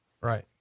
Right